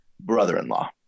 brother-in-law